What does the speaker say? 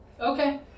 Okay